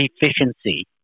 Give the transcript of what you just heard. efficiency